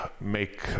make